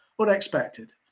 unexpected